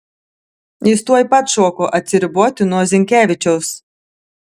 jis tuoj pat šoko atsiriboti nuo zinkevičiaus